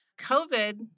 COVID